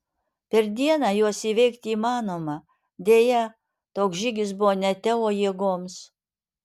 per dieną juos įveikti įmanoma deja toks žygis buvo ne teo jėgoms